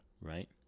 right